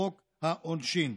בחוק העונשין.